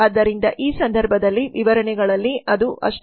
ಆದ್ದರಿಂದ ಈ ಸಂದರ್ಭದಲ್ಲಿ ವಿವರಣೆಗಳಲ್ಲಿ ಅದು ಅಷ್ಟೆ